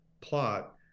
plot